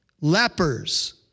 lepers